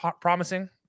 promising